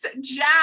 Jack